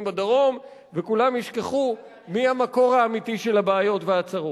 בדרום וכולם ישכחו מי המקור האמיתי של הבעיות והצרות.